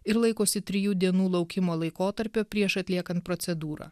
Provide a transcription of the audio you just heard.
ir laikosi trijų dienų laukimo laikotarpio prieš atliekant procedūrą